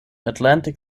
atlantic